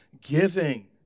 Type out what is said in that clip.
giving